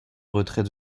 retrait